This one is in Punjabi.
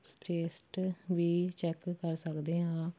ਸਟੇਸਟ ਵੀ ਚੈੱਕ ਕਰ ਸਕਦੇ ਹਾਂ